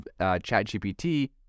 ChatGPT